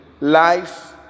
life